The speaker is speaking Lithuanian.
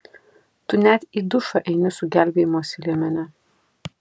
tu net į dušą eini su gelbėjimosi liemene